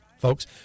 folks